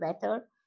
better